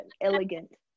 elegant